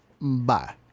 bye